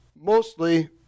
mostly